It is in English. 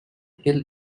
hill